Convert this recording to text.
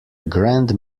grand